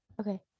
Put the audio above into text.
okay